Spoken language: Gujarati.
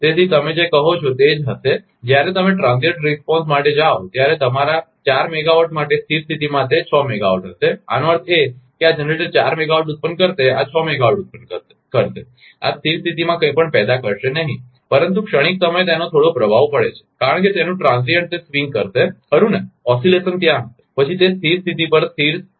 તેથી તમે જે કહો છો તે તે જ હશે કે જ્યારે તમે ક્ષણિક પ્રતિસાદટ્રાંઝીઇન્ટ રિસપોન્સ માટે જાઓ ત્યારે તમારા ચાર મેગાવાટ માટે સ્થિર સ્થિતિમાં તે 6 મેગાવાટ હશે આનો અર્થ એ કે આ જનરેટર ચાર મેગાવાટ ઉત્પન્ન કરશે આ છ મેગાવાટ ઉત્પન્ન કરશે આ સ્થિર સ્થિતિમાં કંઈપણ પેદા કરશે નહીં પરંતુ ક્ષણિક સમયે તેનો થોડો પ્રભાવ પડે છે કારણ કે તેનું ક્ષણિક તે સ્વિંગ કરશે ખરુ ને ઓસિલેશન ત્યાં હશે પછી તે સ્થિર સ્થિતી પર સ્થિર થશે